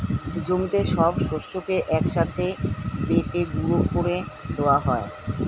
জমিতে সব শস্যকে এক সাথে বেটে গুঁড়ো করে দেওয়া হয়